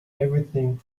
everything